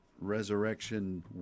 resurrection